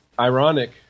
ironic